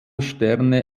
sterne